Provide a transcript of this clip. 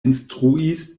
instruis